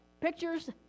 pictures